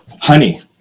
honey